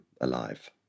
alive